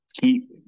Keep